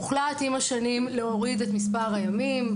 הוחלט עם השנים להוריד את מספר הימים.